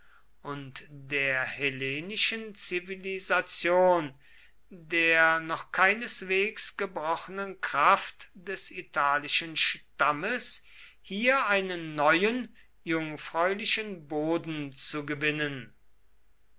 und der hellenischen zivilisation der noch keineswegs gebrochenen kraft des italischen stammes hier einen neuen jungfräulichen boden zu gewinnen